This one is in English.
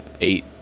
eight